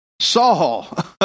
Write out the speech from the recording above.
Saul